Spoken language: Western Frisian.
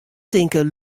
tinke